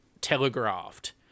telegraphed